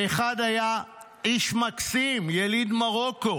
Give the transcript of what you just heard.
ואחד היה "איש מקסים, יליד מרוקו.